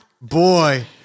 Boy